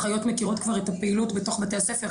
אחיות מכירות כבר את הפעילות בתוך בתי הספר,